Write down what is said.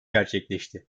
gerçekleşti